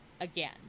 again